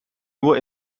nur